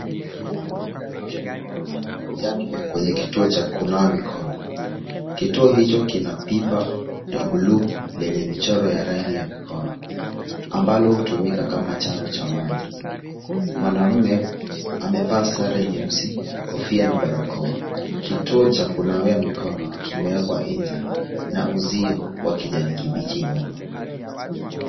Mwanaume anaosha mikono yake kwenye kituo cha kunawa mikono. Kituo hicho kina pipa la bluu lenye michoro ya rangi ya mikono ambalo hutumika kama chanzo cha maji. Mwanaume amevaa sare nyeusi, kofia na barakoa. Kituo cha kunawia mikono kimewekwa nje na uzio wa kijani kibichi nyuma.